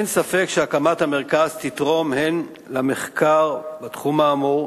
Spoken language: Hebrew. אין ספק שהקמת המרכז תתרום הן למחקר בתחום האמור,